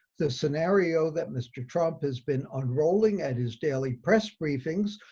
the scenario that mr. trump has been unrolling at his daily press briefings,